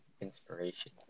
Inspiration